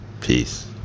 peace